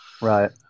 right